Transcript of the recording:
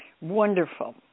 Wonderful